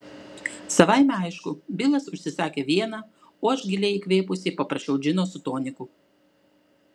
savaime aišku bilas užsisakė vieną o aš giliai įkvėpusi paprašiau džino su toniku